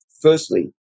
Firstly